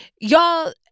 y'all